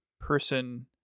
person